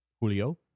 Julio